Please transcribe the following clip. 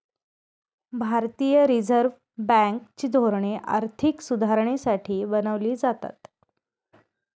भारतीय reserve bank ची धोरणे आर्थिक सुधारणेसाठी बनवली जातात